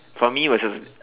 for me it was just